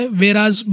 whereas